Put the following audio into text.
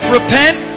Repent